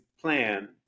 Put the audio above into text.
plan